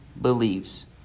believes